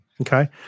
Okay